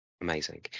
amazing